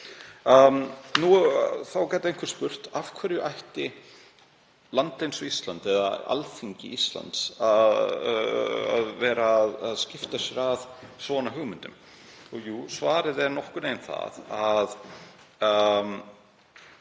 Þá gæti einhver spurt: Af hverju ætti land eins og Ísland eða Alþingi Íslands að skipta sér af svona hugmyndum? Jú, svarið er nokkurn veginn það að